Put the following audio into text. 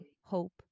hope